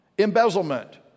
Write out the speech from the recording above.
Embezzlement